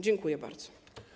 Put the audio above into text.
Dziękuję bardzo.